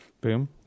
Boom